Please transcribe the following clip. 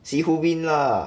see who win lah